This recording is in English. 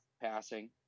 passing